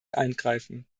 eingreifen